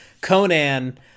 Conan